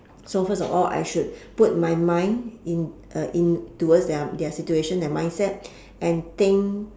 so first of all I should put my mind in uh in towards their their situation their mindset and think